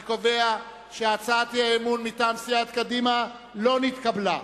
אני קובע שהצעת אי-האמון מטעם סיעת קדימה לא נתקבלה.